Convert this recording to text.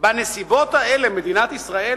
בנסיבות האלה מדינת ישראל